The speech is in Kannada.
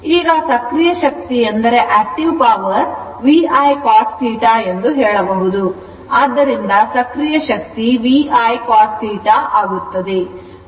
ಈಗ ಸಕ್ರಿಯ ಶಕ್ತಿಯು VI cos θ ಎಂದು ಹೇಳಬಹುದು